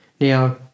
Now